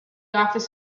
office